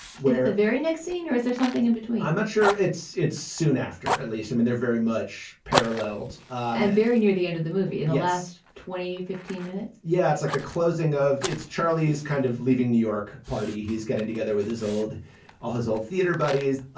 where very next scene or is there something in between? i'm not sure. it's it's soon after at least i mean, they're very much paralleled and very near the end of the movie in the last twenty, fifteen minutes yeah. it's like the closing of it's charlie's kind of leaving new york party. he's getting together with his old all his old theater buddies.